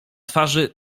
twarzy